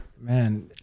man